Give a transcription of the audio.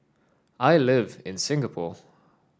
I live in Singapore